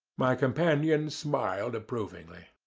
my companion smiled approvingly.